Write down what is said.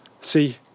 See